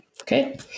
Okay